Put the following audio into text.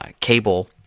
cable